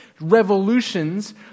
revolutions